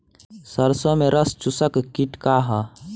सरसो में रस चुसक किट का ह?